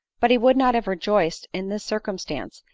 but he would not have rejoiced in this circumstance,